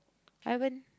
haven't